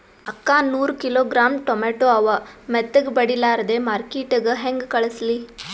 ಅಕ್ಕಾ ನೂರ kilogram tomato ಅವ, ಮೆತ್ತಗಬಡಿಲಾರ್ದೆ ಮಾರ್ಕಿಟಗೆ ಹೆಂಗ ಕಳಸಲಿ?